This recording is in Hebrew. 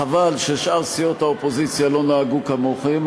חבל ששאר סיעות האופוזיציה לא נהגו כמוכם,